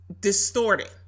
distorted